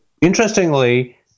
interestingly